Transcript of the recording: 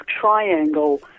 triangle